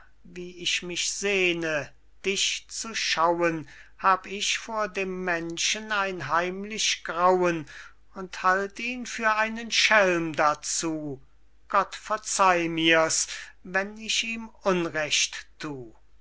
wie ich mich sehne dich zu schauen hab ich vor dem menschen ein heimlich grauen und halt ihn für einen schelm dazu gott verzeih mir's wenn ich ihm unrecht thu